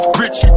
rich